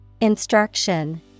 Instruction